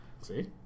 See